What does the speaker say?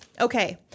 Okay